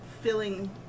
filling